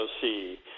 see